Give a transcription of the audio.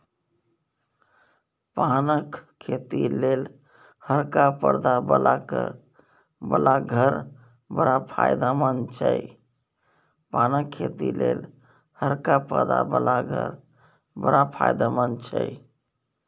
पानक खेती लेल हरका परदा बला घर बड़ फायदामंद छै